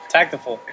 Tactical